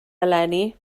eleni